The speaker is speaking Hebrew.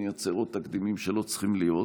נייצר עוד תקדימים שלא צריכים להיות.